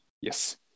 Yes